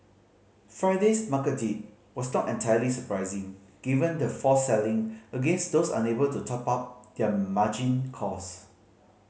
Friday's market dip was not entirely surprising given the forced selling against those unable to top up their margin calls